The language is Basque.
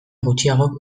gutxiagok